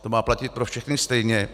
To má platit pro všechny stejně.